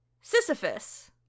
Sisyphus